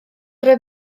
roedd